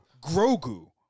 Grogu